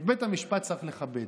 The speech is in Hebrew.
את בית המשפט צריך לכבד.